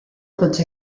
tots